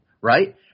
right